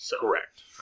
Correct